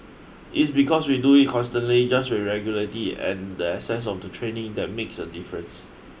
its because we do it constantly just with regularity and the access of the training that makes a difference